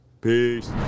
Peace